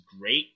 great